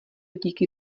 díky